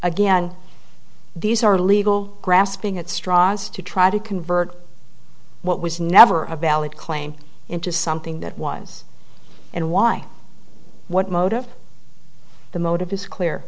again these are legal grasping at straws to try to convert what was never a valid claim into something that was and why what motive the motive is clear